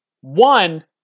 One